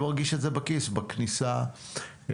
שהוא מרגיש את זה בכיס בכניסה לסופר.